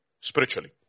Spiritually